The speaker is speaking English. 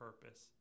purpose